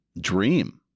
dream